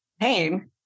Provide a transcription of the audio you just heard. pain